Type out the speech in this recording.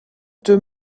teu